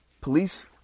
police